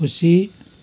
खुसी